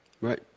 Right